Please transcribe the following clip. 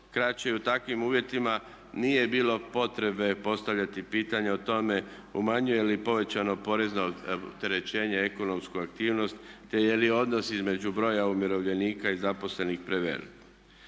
kraće i u takvim uvjetima nije bilo potrebe postavljati pitanja o tome umanjuje li povećano porezno opterećenje ekonomsku aktivnost te je li odnos između broja umirovljenika i zaposlenih prevelik?